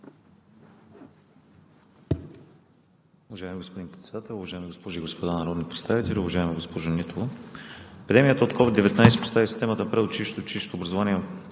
Уважаеми господин Председател, уважаеми госпожи и господа народни представители! Уважаема госпожо Нитова, пандемията от COVID-19 постави системата на предучилищното и училищното образование